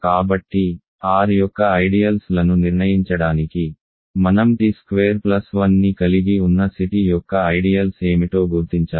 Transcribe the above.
కాబట్టి R యొక్క ideals లను నిర్ణయించడానికి మనం t స్క్వేర్ ప్లస్ 1 ని కలిగి ఉన్న C t యొక్క ఐడియల్స్ ఏమిటో గుర్తించాలి